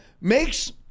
makes